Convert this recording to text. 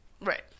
right